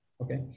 Okay